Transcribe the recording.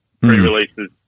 pre-releases